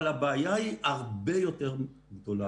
אבל הבעיה היא הרבה יותר גדולה.